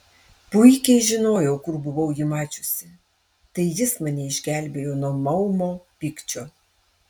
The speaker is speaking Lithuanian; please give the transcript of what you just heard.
puikiai žinojau kur buvau jį mačiusi tai jis mane išgelbėjo nuo maumo pykčio